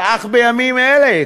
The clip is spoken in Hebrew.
שאך בימים אלה,